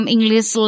English